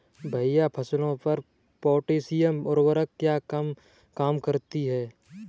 भैया फसलों पर पोटैशियम उर्वरक क्या काम करती है?